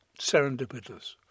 serendipitous